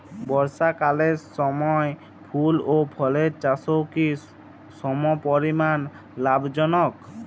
বর্ষাকালের সময় ফুল ও ফলের চাষও কি সমপরিমাণ লাভজনক?